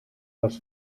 das